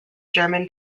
german